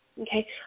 Okay